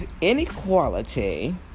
inequality